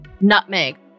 nutmeg